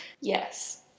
Yes